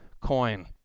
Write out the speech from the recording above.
coin